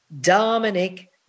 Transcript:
Dominic